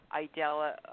Idella